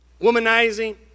womanizing